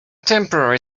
temporary